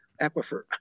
Aquifer